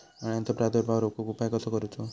अळ्यांचो प्रादुर्भाव रोखुक उपाय कसो करूचो?